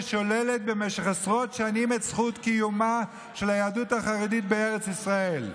ששוללת במשך עשרות שנים את זכות קיומה של היהדות החרדית בארץ ישראל.